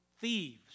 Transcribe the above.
thieves